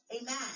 amen